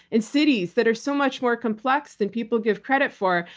and cities that are so much more complex than people give credit for.